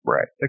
Right